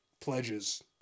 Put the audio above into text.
pledges